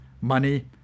money